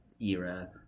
era